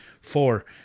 Four